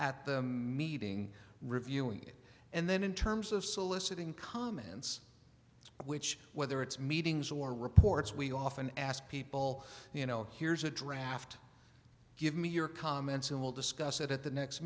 at them meeting reviewing it and then in terms of soliciting comments which whether it's meetings or reports we often ask people you know here's a draft give me your comments and we'll discuss it at the next